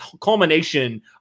culmination